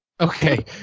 Okay